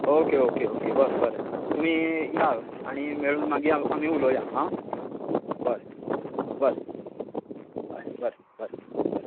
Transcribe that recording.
okay okay okay बरें बरें तुमी या आनी मेळून मागीर आमी उलोवया आं बरें बरें हय बरें बरें बरें